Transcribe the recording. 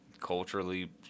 culturally